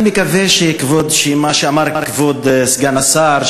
אני מקווה שמה שאמר כבוד סגן השר,